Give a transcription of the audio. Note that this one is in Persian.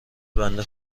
بنده